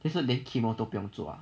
就是连 chemo 都不用做 ah